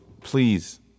please